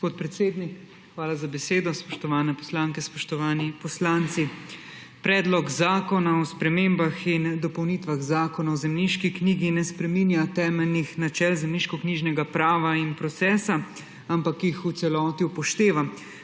hvala za besedo. Spoštovane poslanke, spoštovani poslanci! Predlog zakona o spremembah in dopolnitvah Zakona o zemljiški knjigi ne spreminja temeljnih načel zemljiškoknjižnega prava in procesa, ampak jih v celoti upošteva.